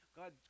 God